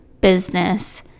business